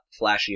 flashier